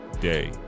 day